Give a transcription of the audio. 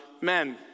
men